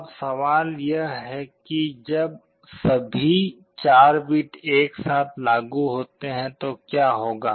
अब सवाल यह है कि जब सभी 4 बिट्स एक साथ लागू होते हैं तो क्या होगा